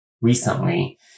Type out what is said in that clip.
recently